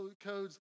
codes